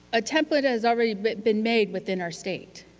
a template has already but been made within our state,